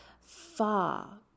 far